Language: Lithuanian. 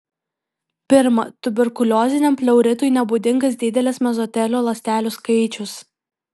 pirma tuberkulioziniam pleuritui nebūdingas didelis mezotelio ląstelių skaičius